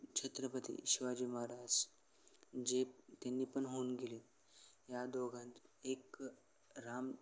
छत्रपती शिवाजी महाराज जे त्यांनी पण होऊन गेले या दोघांत एक राम